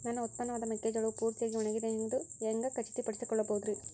ನನ್ನ ಉತ್ಪನ್ನವಾದ ಮೆಕ್ಕೆಜೋಳವು ಪೂರ್ತಿಯಾಗಿ ಒಣಗಿದೆ ಎಂದು ಹ್ಯಾಂಗ ಖಚಿತ ಪಡಿಸಿಕೊಳ್ಳಬಹುದರೇ?